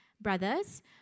Brothers